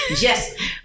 Yes